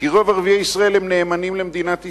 כי רוב ערביי ישראל נאמנים למדינת ישראל.